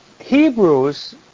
Hebrews